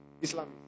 Islam